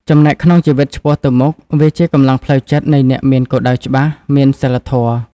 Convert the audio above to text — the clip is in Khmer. ចំណែកក្នុងជីវិតឆ្ពោះទៅមុខ វាជាកម្លាំងផ្លូវចិត្តនៃអ្នកមានគោលដៅច្បាស់ មានសីលធម៌។